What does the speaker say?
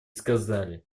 сказали